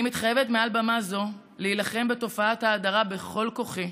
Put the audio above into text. אני מתחייבת מעל במה זו להילחם בתופעת ההדרה בכל כוחי,